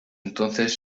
entonces